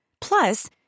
Plus